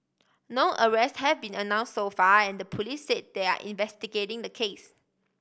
no arrests have been announce so far and the police say they are investigating the case